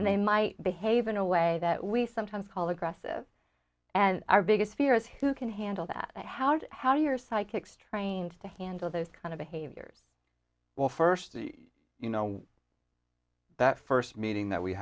and they might behave in a way that we sometimes call aggressive and our biggest fear is who can handle that how do how you're psychics trained to handle those kind of behaviors well first you know that first meeting that we